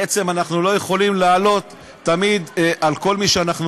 בעצם אנחנו לא יכולים לעלות תמיד על כל מי שאנחנו